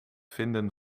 vinden